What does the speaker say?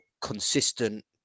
consistent